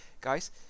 guys